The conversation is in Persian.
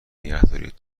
نگهدارید